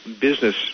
business